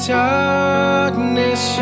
darkness